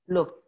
Look